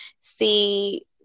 see